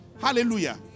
Hallelujah